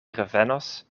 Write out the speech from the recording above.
revenos